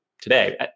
today